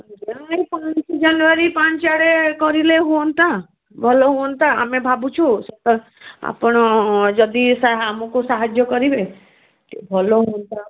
ନାଇ ପାଞ୍ଚ ଜାନୁଆରୀ ପାଞ୍ଚଆଡ଼େ କରିଲେ ହୁଅନ୍ତା ଭଲ ହୁଅନ୍ତା ଆମେ ଭାବୁଛୁ ଆପଣ ଯଦି ଆମକୁ ସାହାଯ୍ୟ କରିବେ ଟ ଭଲ ହୁଅନ୍ତା